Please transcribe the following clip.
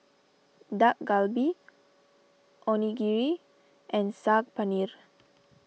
Dak Galbi Onigiri and Saag Paneer